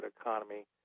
economy